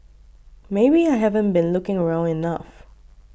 maybe I haven't been looking around enough